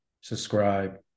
subscribe